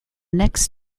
next